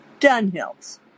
Dunhill's